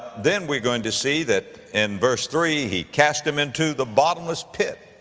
then we're going to see that in verse three, he cast him into the bottomless pit,